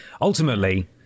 ultimately